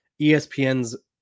ESPN's